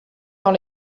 dans